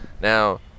Now